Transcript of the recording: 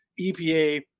epa